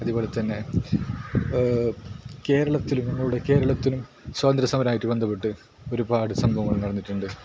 അതുപോലെ തന്നെ കേരളത്തിലും നമ്മുടെ കേരളത്തിലും സ്വാന്ത്ര്യസമരവുമായി ബന്ധപ്പെട്ട് ഒരുപാട് സംഭവങ്ങൾ നടന്നിട്ടുണ്ട്